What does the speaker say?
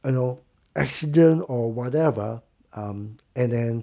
you know accident or whatever um and then